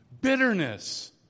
Bitterness